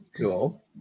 cool